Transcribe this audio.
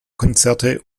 konzerte